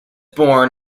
born